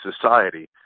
society